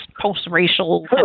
post-racial